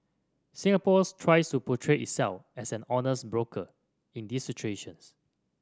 Singapore's tries to portray itself as an honest broker in these situations